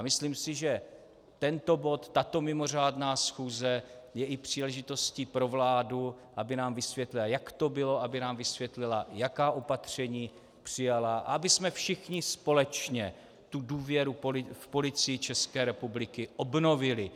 Myslím si, že tento bod, tato mimořádná schůze je i příležitostí pro vládu, aby nám vysvětlila, jak to bylo, aby nám vysvětlila, jaká opatření přijala, abychom všichni společně důvěru v Policii České republiky obnovili.